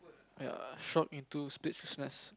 ya shop into big business